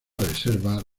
reserva